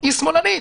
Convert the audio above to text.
היא שמאלנית.